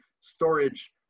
storage